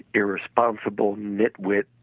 irresponsible, nit-wit